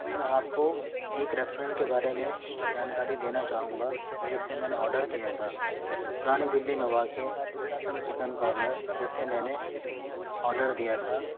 میں آپ کو ایک رسٹورینٹ کے بارے میں جانکاری دینا چاہوں گا جس سے میں نے آڈر کیا تھا پرانی دہلی میں واقع اسلم چکن کارنر جس سے میں نے آڈر دیا تھا